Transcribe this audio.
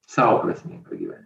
sau prasmingą gyvenimą